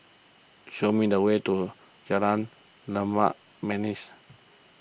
show me the way to Jalan Limau Manis